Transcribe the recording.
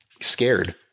scared